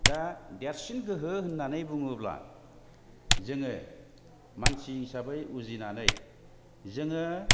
दा देरसिन गोहो होननानै बुङोब्ला जोङो मानसि हिसाबै बुजिनानै जोङो